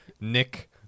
Nick